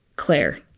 Claire